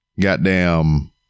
Goddamn